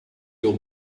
your